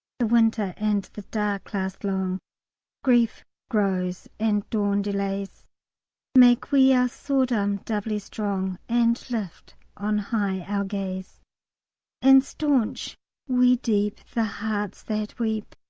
the winter and the dark last long grief grows and dawn delays make we our sword-arm doubly strong, and lift on high our gaze and stanch we deep the hearts that weep,